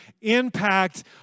impact